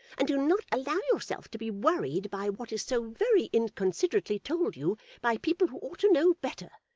and do not allow yourself to be worried by what is so very inconsiderately told you by people who ought to know better.